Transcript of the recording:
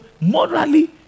morally